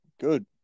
good